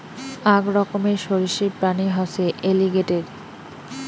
আক রকমের সরীসৃপ প্রাণী হসে এলিগেটের